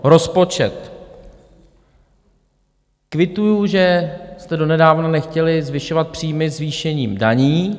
Rozpočet kvituji, že jste donedávna nechtěli zvyšovat příjmy zvýšením daní.